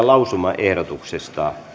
lausumaehdotuksen